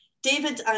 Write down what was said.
David